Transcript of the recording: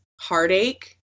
heartache